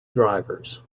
drivers